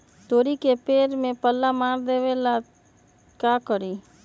तोड़ी के पेड़ में पल्ला मार देबे ले का करी?